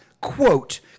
quote